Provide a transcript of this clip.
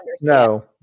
No